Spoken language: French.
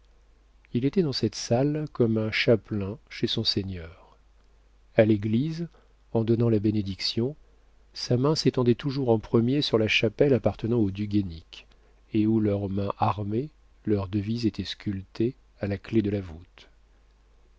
il était dans cette salle comme un chapelain chez son seigneur a l'église en donnant la bénédiction sa main s'étendait toujours en premier sur la chapelle appartenant aux du guénic et où leur main armée leur devise étaient sculptées à la clef de la voûte